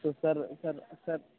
تو sir sir سر